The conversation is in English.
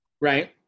Right